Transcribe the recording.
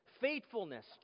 Faithfulness